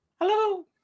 Hello